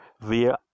via